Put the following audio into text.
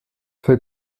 fällt